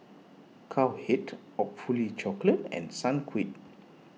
Cowhead Awfully Chocolate and Sunquick